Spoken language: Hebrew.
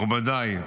מכובדיי,